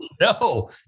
No